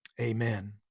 Amen